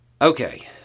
Okay